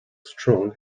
strong